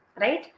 right